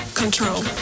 control